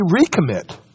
recommit